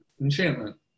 Enchantment